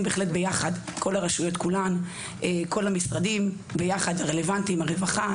בהחלט ביחד עם כל הרשויות ועם כל המשרדים הרלוונטיים: רווחה,